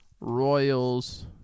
Royals